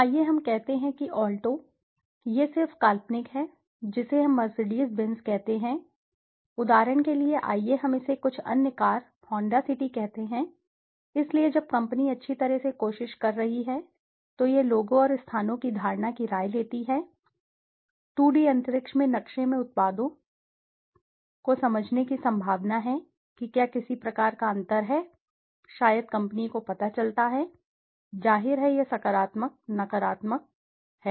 आइए हम कहते हैं कि ऑल्टो यह सिर्फ काल्पनिक है जिसे हम मर्सिडीज बेंज कहते हैं उदाहरण के लिए आइए हम इसे कुछ अन्य कार होंडा सिटी कहते हैं इसलिए जब कंपनी अच्छी तरह से कोशिश कर रही है तो यह लोगों और स्थानों की धारणा की राय लेती है 2 डी अंतरिक्ष में नक्शे में उत्पादों तो समझने की संभावना है कि क्या किसी प्रकार का अंतर है शायद कंपनी को पता चलता है जाहिर है यह सकारात्मक नकारात्मक सकारात्मक नकारात्मक है